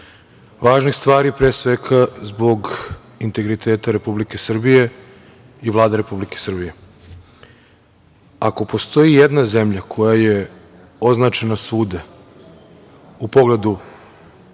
važnih stvari, pre svega zbog integriteta Republike Srbije i Vlade Republike Srbije. Ako postoji jedna zemlja koja je označena svuda u pogledu